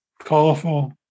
Colorful